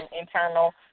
internal